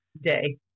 day